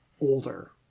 older